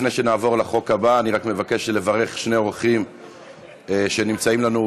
לפני שנעבור לחוק הבא אני רק מבקש לברך שני אורחים שנמצאים פה,